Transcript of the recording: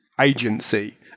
agency